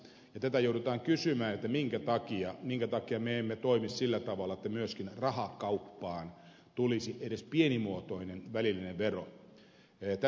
tätä joudutaan kysymään minkä takia me emme toimi sillä tavalla että myöskin rahakauppaan tulisi edes pienimuotoinen välillinen vero